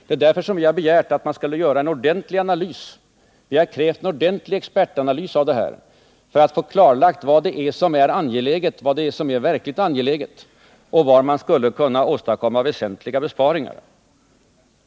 Det är därför vi har begärt att man skall göra en ordentlig analys. Vi har krävt en ordentlig expertanalys av detta för att få klarlagt vad som är verkligt angeläget och var man skulle kunna åstadkomma väsentliga besparingar.